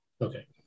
Okay